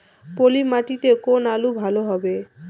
পলি মাটিতে কোন আলু ভালো হবে?